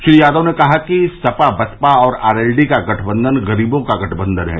श्री यादव ने कहा कि सपा बसपा और आरएलडी का गठबंधन गरीबों का गठबंधन है